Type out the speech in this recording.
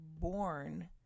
born